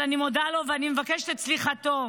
אבל אני מודה לו ואני מבקשת את סליחתו.